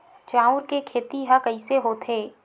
चांउर के खेती ह कइसे होथे?